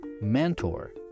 mentor